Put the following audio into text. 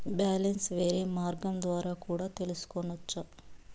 Balance వేరే మార్గం ద్వారా కూడా తెలుసుకొనొచ్చా?